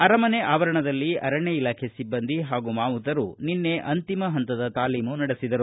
ಅರಮನೆ ಆವರಣದಲ್ಲಿ ಅರಣ್ಯ ಇಲಾಖೆ ಸಿಬ್ಬಂದಿ ಹಾಗೂ ಮಾವುತರು ನಿನ್ನೆ ಅಂತಿಮ ಹಂತದ ತಾಲೀಮು ನಡೆಸಿದರು